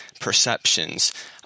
perceptions